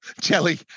jelly